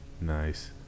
Nice